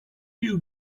you